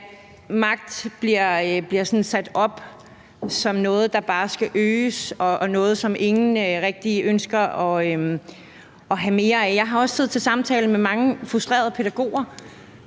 magt bliver sådan sat op som noget, der bare skal øges, og som noget, ingen rigtig ønsker at have mere af. Jeg har også siddet til samtale med mange frustrerede pædagoger,